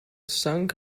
sank